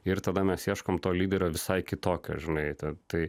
ir tada mes ieškom to lyderio visai kitokio žinai ten tai